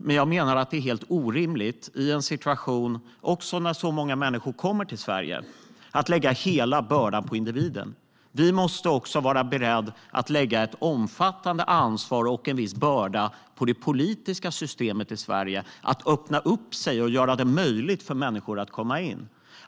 Men jag menar att det är helt orimligt i en situation när så många kommer till Sverige att lägga hela bördan på individen. Vi måste också vara beredda att lägga ett omfattande ansvar och en viss börda på det politiska systemet i Sverige att öppna sig och göra det möjligt för människor att komma in.